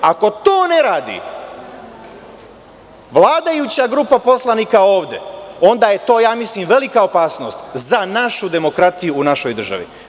Ako to ne radi vladajuća grupa poslanika ovde, onda je to velika opasnost za našu demokratiju u našoj državi.